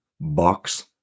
box